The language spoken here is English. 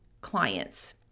clients